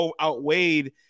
outweighed